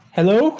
Hello